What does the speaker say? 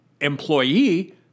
employee